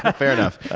ah fair enough.